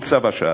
הוא צו השעה.